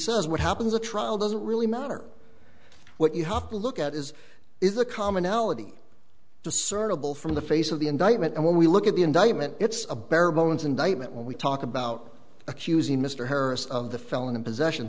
says what happens a trial doesn't really matter what you have to look at is is the commonality discernible from the face of the indictment and when we look at the indictment it's a bare bones indictment when we talk about accusing mr harris of the felon in possession